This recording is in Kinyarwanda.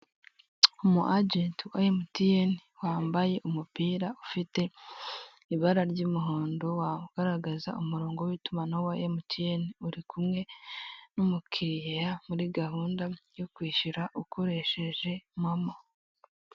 Umu agenti wa MTN wambaye umupira ufite ibara ry'umuhondo, ugaragaza umurongo w'itumanaho wa MTN ari kumwe n'umukiriya muri gahunda yo kwishyura ukoresheje Momo.